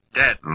dead